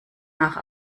nach